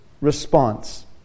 response